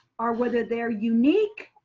or whether they're unique.